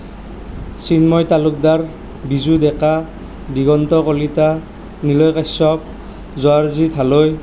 Chinmoy Talukdar Biju Deka Diganta Kalita Niloy Kashyap Joyjit Haloi